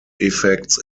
effects